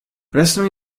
restano